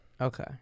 Okay